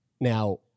Now